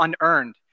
unearned